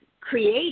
create